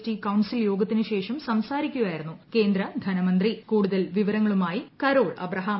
T council യോഗത്തിനുശേഷം സംസാരിക്കുകയായിരുന്നു കേന്ദ്ര ധനമന്ത്രി വിശദാംശങ്ങളുമായി കരോൾ അബ്രഹാം